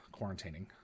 quarantining